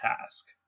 task